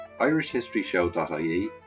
IrishHistoryShow.ie